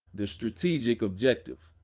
the strategic objective,